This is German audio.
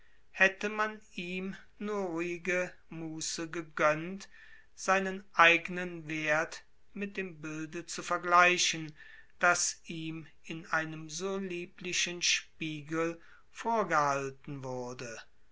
hätte man ihm nur ruhige muße gegönnt seinen eignen wert mit dem bilde zu vergleichen das ihm in einem so lieblichen spiegel vorgehalten wurde